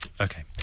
Okay